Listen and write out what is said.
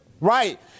Right